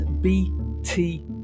bt